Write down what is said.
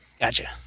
gotcha